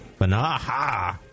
Banaha